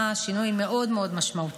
הוא עשה שינוי מאוד משמעותי,